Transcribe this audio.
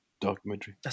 documentary